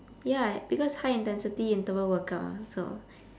ya because high intensity interval workout mah so